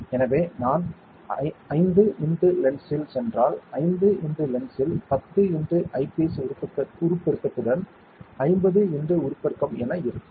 எனவே நான் 5 x லென்ஸில் சென்றால் 5 x லென்ஸில் 10 x ஐபீஸ் உருப்பெருக்கத்துடன் 50 x உருப்பெருக்கம் என இருக்கும்